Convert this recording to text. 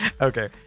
okay